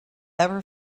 ever